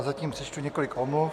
Zatím přečtu několik omluv.